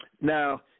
Now